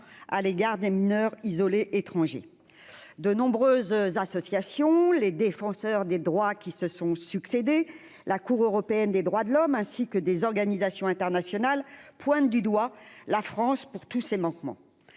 à l'égard des mineurs isolés étrangers de nombreuses associations, les défenseurs des droits qui se sont succédé la Cour européenne des droits de l'homme, ainsi que des organisations internationales pointent du doigt la France pour tous ces manquements,